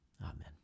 Amen